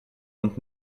und